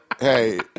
Hey